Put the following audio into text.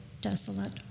desolate